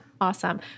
Awesome